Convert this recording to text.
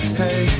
hey